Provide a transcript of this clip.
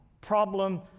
problem